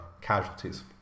casualties